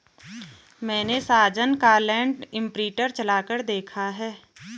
मैने साजन का land imprinter चलाकर देखा है